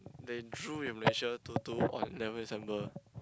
they drew in Malaysia two two on eleven December